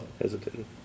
Hesitated